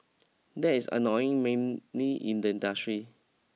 that's annoying mainly in the industry